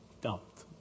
dumped